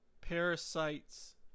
parasites